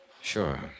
Sure